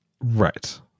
Right